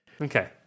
Okay